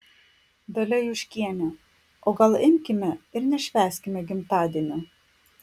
dalia juškienė o gal imkime ir nešvęskime gimtadienio